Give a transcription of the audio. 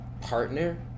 partner